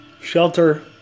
shelter